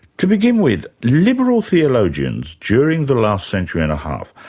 to begin with, liberal theologians, during the last century and a half,